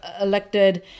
elected